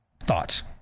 Thoughts